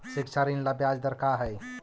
शिक्षा ऋण ला ब्याज दर का हई?